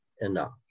enough